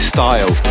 Style